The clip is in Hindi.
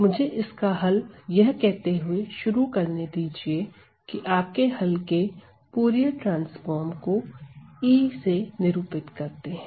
मुझे इसका हल यह कहते हुए शुरू करने दीजिए की आपके हल के फूरिये ट्रांसफार्म को E से निरूपित करते हैं